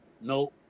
No